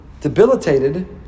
debilitated